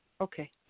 Okay